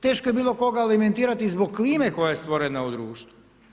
Teško je bilo koga alimentirati zbog klime koja je stvorena u društvu.